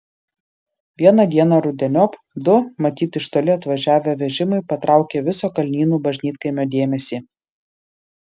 vieną dieną rudeniop du matyt iš toli atvažiavę vežimai patraukė viso kalnynų bažnytkaimio dėmesį